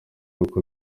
kuko